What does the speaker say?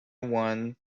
one